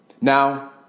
Now